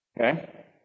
Okay